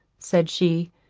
said she.